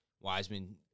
Wiseman